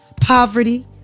poverty